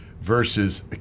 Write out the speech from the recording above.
versus